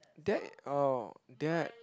that oh that